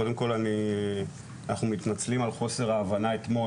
קודם כל אנחנו מתנצלים על חוסר ההבנה אתמול,